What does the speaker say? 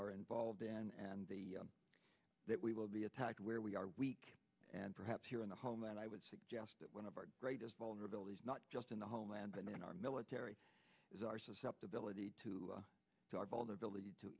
are involved in and the that we will be attacked where we are weak and perhaps here in the homeland i would suggest that one of our greatest vulnerabilities not just in the homeland and in our military is our susceptibility to to